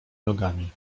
nogami